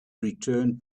return